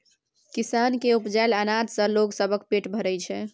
किसान केर उपजाएल अनाज सँ लोग सबक पेट भरइ छै